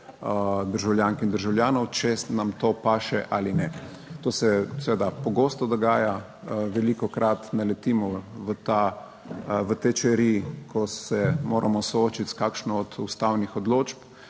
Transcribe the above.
državljank in državljanov, če nam to paše ali ne. To se seveda pogosto dogaja, velikokrat naletimo v te čeri, ko se moramo soočiti s kakšno od ustavnih odločb,